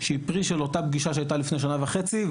שהיא פרי של אותה פגישה שהייתה לפני שנה וחצי,